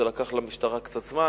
זה לקח למשטרה קצת זמן,